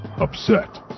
upset